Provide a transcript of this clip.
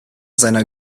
seiner